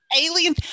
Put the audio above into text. Alien